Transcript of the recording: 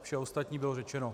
Vše ostatní bylo řečeno.